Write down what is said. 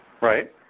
Right